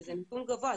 שזה נתון גבוה,